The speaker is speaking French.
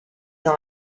dans